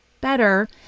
better